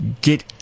Get